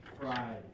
pride